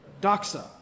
Doxa